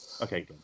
okay